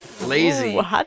Lazy